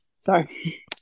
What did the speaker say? sorry